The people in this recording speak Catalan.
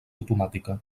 automàtica